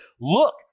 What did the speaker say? look